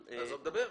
דבר.